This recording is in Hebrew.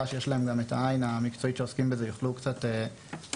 שנמצאים כאן יש להם את העין המקצועית יוכלו קצת לפרט.